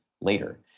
later